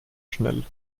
schnell